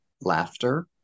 laughter